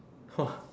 !wah!